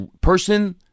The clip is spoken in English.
person